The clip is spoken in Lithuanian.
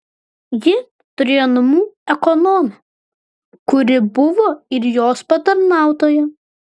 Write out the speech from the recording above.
ji turėjo namų ekonomę kuri buvo ir jos patarnautoja